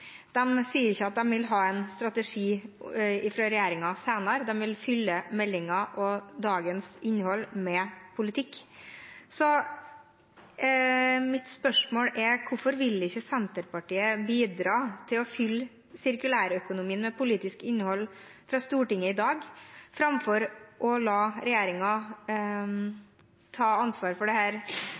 sier ikke at de vil ha en strategi fra regjeringen senere, de vil fylle meldingen og dagens innhold med politikk. Mitt spørsmål er: Hvorfor vil ikke Senterpartiet bidra til å fylle sirkulærøkonomien med politisk innhold fra Stortinget i dag, framfor å la regjeringen ta ansvar for dette og vente og se på hva de kommer med? Er det